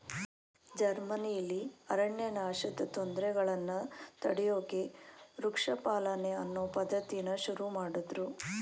ಜರ್ಮನಿಲಿ ಅರಣ್ಯನಾಶದ್ ತೊಂದ್ರೆಗಳನ್ನ ತಡ್ಯೋಕೆ ವೃಕ್ಷ ಪಾಲನೆ ಅನ್ನೋ ಪದ್ಧತಿನ ಶುರುಮಾಡುದ್ರು